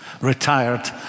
retired